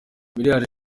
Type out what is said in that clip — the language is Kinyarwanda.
miliyari